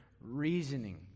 reasoning